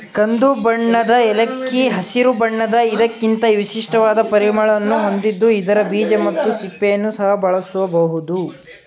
ಕಂದುಬಣ್ಣದ ಏಲಕ್ಕಿ ಹಸಿರು ಬಣ್ಣದ ಇದಕ್ಕಿಂತ ವಿಶಿಷ್ಟವಾದ ಪರಿಮಳವನ್ನು ಹೊಂದಿದ್ದು ಇದರ ಬೀಜ ಮತ್ತು ಸಿಪ್ಪೆಯನ್ನು ಸಹ ಬಳಸಬೋದು